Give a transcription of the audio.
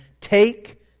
take